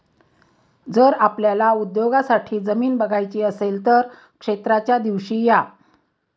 जर आपल्याला उद्योगासाठी जमीन बघायची असेल तर क्षेत्राच्या दिवशी या